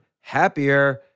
happier